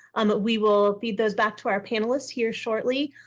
um but we will feed those back to our panelists here shortly.